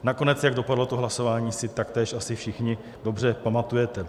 Nakonec jak dopadlo to hlasování, si taktéž jistě všichni dobře pamatujete.